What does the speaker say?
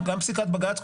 פסיקת בג"ץ,